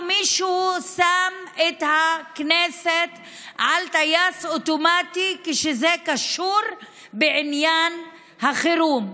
מישהו שם את הכנסת על טייס אוטומטי כשזה קשור בעניין החירום,